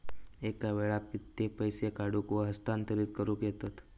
एका वेळाक कित्के पैसे काढूक व हस्तांतरित करूक येतत?